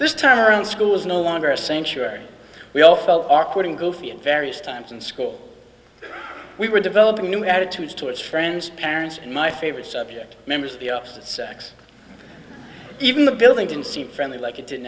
this time around school is no longer a sanctuary we all felt awkward and goofy and various times in school we were developing new attitudes towards friends parents and my favorite subject members of the opposite sex even the building didn't seem friendly like it did